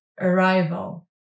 arrival